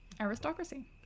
aristocracy